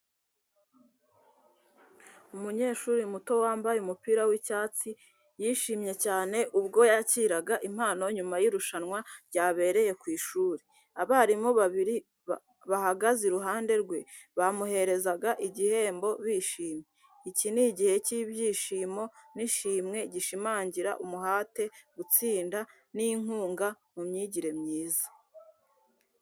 Umunyeshuri muto, wambaye umupira w'icyatsi yishimye cyane ubwo yakiraga impano nyuma y’irushanwa ryabereye ku ishuri. Abarimu babiri bahagaze iruhande rwe, bamuhereza igihembo bishimye. Iki ni igihe cy’ibyishimo n'ishimwe, gishimangira umuhate, gutsinda n’inkunga mu myigire myiza.